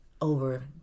over